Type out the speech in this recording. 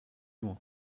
loin